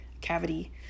cavity